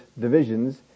divisions